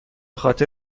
خاطر